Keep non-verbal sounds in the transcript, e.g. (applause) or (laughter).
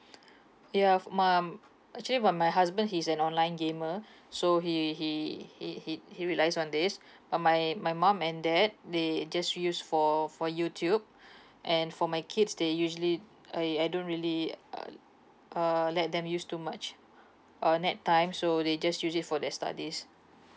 ya for my um actually for my husband he's an online gamer so he he he he he relies on this uh my my mom and dad they just use for for youtube (breath) and for my kids they usually I I don't really (noise) uh let them use too much uh net time so they just use it for their studies